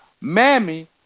mammy